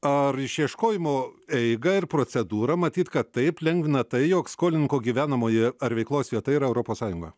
ar išieškojimo eigą ir procedūrą matyt kad taip lengvina tai jog skolininko gyvenamoji ar veiklos vieta yra europos sąjungo